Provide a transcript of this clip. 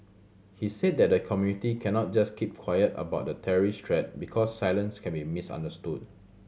he said that the community cannot just keep quiet about the terrorist threat because silence can be misunderstood